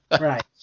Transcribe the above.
right